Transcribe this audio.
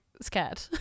scared